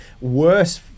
worse